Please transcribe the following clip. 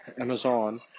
Amazon